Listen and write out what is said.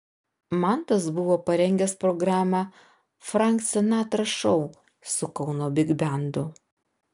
mantas buvo parengęs programą frank sinatra šou su kauno bigbendu